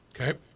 Okay